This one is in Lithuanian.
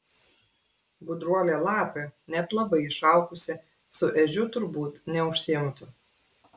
gudruolė lapė net labai išalkusi su ežiu turbūt neužsiimtų